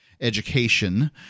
Education